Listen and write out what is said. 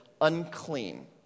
unclean